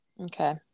Okay